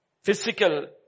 Physical